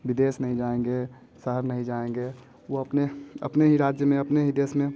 विदेश नहीं जाएंँगे शहर नहीं जाएंँगे वो अपने अपने ही राज्य में अपने ही देश में